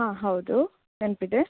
ಹಾಂ ಹೌದು ನೆನಪಿದೆ